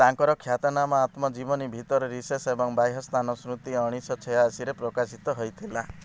ତାଙ୍କର ଖ୍ୟାତନାମା ଆତ୍ମଜୀବନୀ ଭିତର ରିସେସ୍ ଏବଂ ବାହ୍ୟ ସ୍ଥାନ ସ୍ମୃତି ଉଣେଇଶିଶହ ଛାୟାଅଶୀ ରେ ପ୍ରକାଶିତ ହୋଇଥିଲା